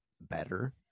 Better